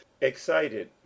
excited